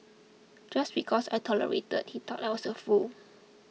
just because I tolerated he thought I was a fool